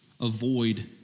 avoid